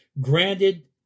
granted